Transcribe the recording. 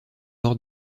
hors